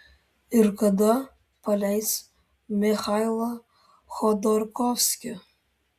ir kada paleis michailą chodorkovskį